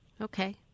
Okay